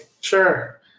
sure